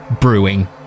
Brewing